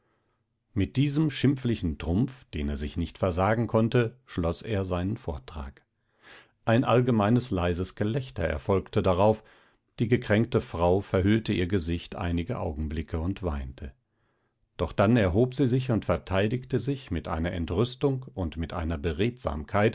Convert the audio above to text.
mit diesem schimpflichen trumpf den er sich nicht versagen konnte schloß er seinen vortrag ein allgemeines leises gelächter erfolgte darauf die gekränkte frau verhüllte ihr gesicht einige augenblicke und weinte doch dann erhob sie sich und verteidigte sich mit einer entrüstung und mit einer